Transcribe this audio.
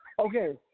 Okay